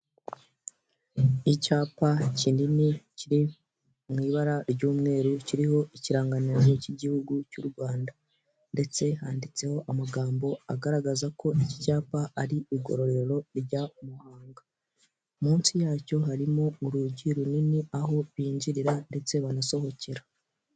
Icyapa kinini kiri mu ibara ry'umweru kiriho ikirangantego cy'igihugu cy'u Rwanda ndetse handitseho amagambo agaragaza ko iki cyapa ari igororero rya Muhanga, munsi yacyo harimo urugi runini aho binjirira ndetse banasohokera.